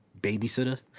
babysitter